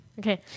Okay